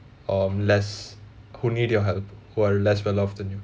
um less who need your help who are less well off than you